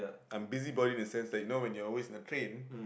I'm busybody in the sense that you know when you are always in the train